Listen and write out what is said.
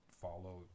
follow